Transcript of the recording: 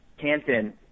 Canton